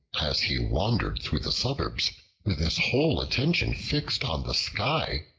as he wandered through the suburbs with his whole attention fixed on the sky,